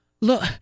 look